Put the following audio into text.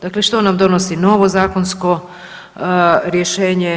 Dakle, što nam donosi novo zakonsko rješenje?